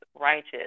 righteous